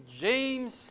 James